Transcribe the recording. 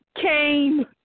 came